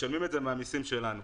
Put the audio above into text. משלמים את זה מהמיסים שלנו.